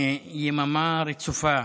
07:05 יממה רצופה,